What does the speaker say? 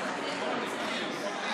כמותו.